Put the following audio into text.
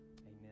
amen